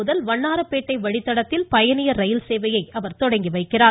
முதல் வண்ணாரப்பேட்டை வழித்தடத்தில் பயணியர் சேவையை தொடங்கி வைக்கிறார்